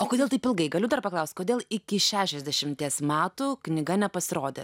o kodėl taip ilgai galiu dar paklaust kodėl iki šešiasdešimties metų knyga nepasirodė